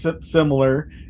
similar